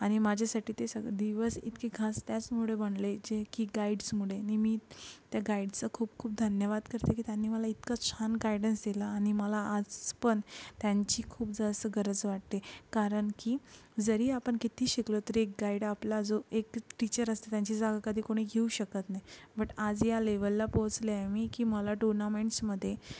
आणि माझ्यासाठी ते सग दिवस इतके खास त्याचमुळे बनले जे की गाईड्समुळे नि मी त्या गाईडचं खूप खूप धन्यवाद करते की त्यांनी मला इतकं छान गायडन्स दिला आणि मला आज पण त्यांची खूप जास्त गरज वाटते कारण की जरी आपण कित्ती शिकलो तरी एक गाईड आपला जो एक टीचर असते त्यांची जागा कधी कोणी घेऊ शकत नाही बट आज या लेवलला पोचले आहे मी की मला टुर्नामेंट्समध्ये